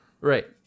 Right